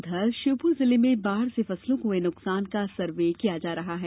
उधर श्योपुर जिले में बाढ़ से फसलों को हुए नुकसान का सर्वे किया जा रहा है